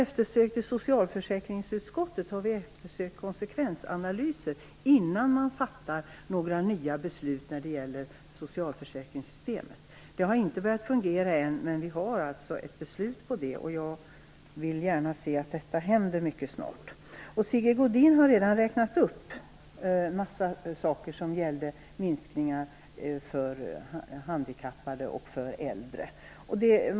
Vi har i socialförsäkringsutskottet framfört önskemål om att konsekvensanalyser skall genomföras innan man fattar några nya beslut när det gäller socialförsäkringssystemet. Detta har inte börjat fungera än, men vi har ett beslut på att så skall ske, och jag vill gärna se att detta händer mycket snart. Sigge Godin har redan räknat upp en massa saker som gör att handikappade och äldre får mindre pengar att leva av.